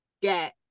get